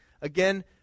Again